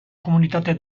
komunitate